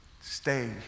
stay